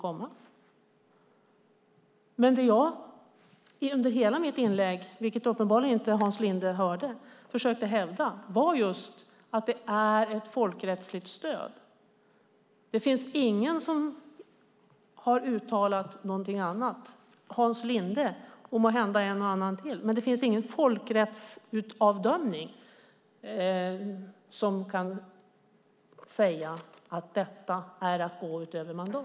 Vad jag i hela mitt inlägg, vilket Hans Linde uppenbarligen inte hörde, försökte hävda var just att det är fråga om ett folkrättsligt stöd. Ingen har uttalat någonting annat - utom Hans Linde och måhända en och annan till. Men det finns ingen folkrättsavdömning som kan säga att detta är att gå utöver mandat.